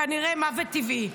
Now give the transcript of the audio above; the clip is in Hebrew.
כנראה מוות טבעי.